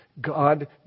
God